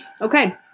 Okay